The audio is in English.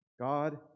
God